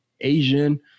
Asian